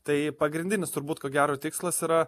tai pagrindinis turbūt ko gero tikslas yra